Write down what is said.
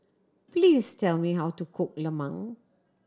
please tell me how to cook lemang